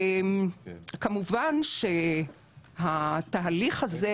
כמובן שהתהליך הזה,